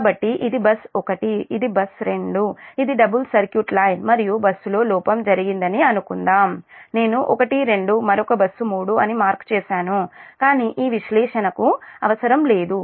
కాబట్టి ఇది bus 1 bus 2 ఇది డబుల్ సర్క్యూట్ లైన్ మరియు బస్సులో లోపం జరిగిందని అనుకుందాం నేను 1 2 మరొక బస్సు 3 అని మార్క్ చేశాను కానీ ఈ విశ్లేషణకు అవసరం లేదు